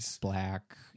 black